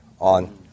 on